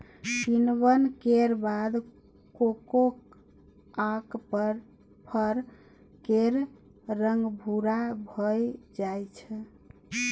किण्वन केर बाद कोकोआक फर केर रंग भूरा भए जाइ छै